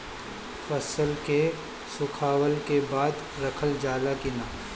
फसल के सुखावला के बाद रखल जाला कि न?